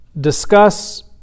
discuss